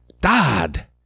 dad